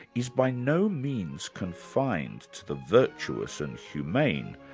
is by no means confined to the virtuous and humane,